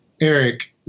Eric